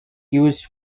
used